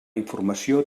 informació